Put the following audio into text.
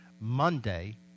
Monday